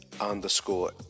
underscore